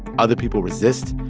other people resist.